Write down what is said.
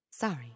Sorry